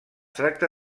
tracta